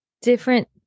Different